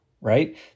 right